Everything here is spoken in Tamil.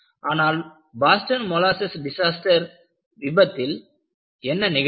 ஆனால் மொலாசஸ் டிசாஸ்டர் விபத்தில் என்ன நிகழ்ந்தது